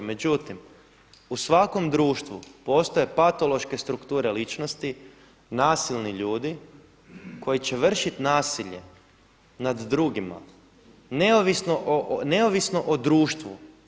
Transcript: Međutim u svakom društvu postoje patološke strukture ličnosti, nasilni ljudi koji će vršiti nasilje nad drugima neovisno o društvu.